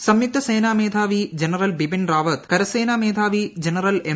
് സംയുക്ത സേനാ മേധാവി ജനറൽ ബിപിൻ റാവിത്ത് കരസേനാ മേധാവി ജനറൽ എം